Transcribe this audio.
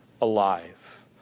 alive